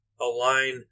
align